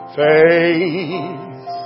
faith